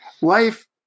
life